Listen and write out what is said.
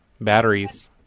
batteries